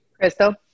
Crystal